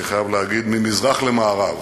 אני חייב להגיד, ממזרח למערב,